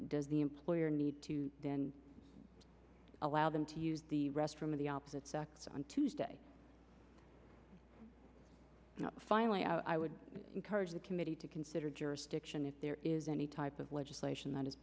the employer need to then allow them to use the restroom of the opposite sex on tuesday finally i would encourage the committee to consider jurisdiction if there is any type of legislation that is